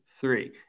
three